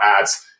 ads